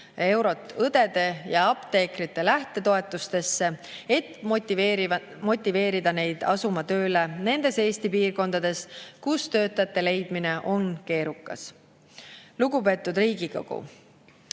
eurot õdede ja apteekrite lähtetoetustesse, et motiveerida neid asuma tööle nendes Eesti piirkondades, kus töötajate leidmine on keerukas. Lugupeetud Riigikogu!